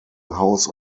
house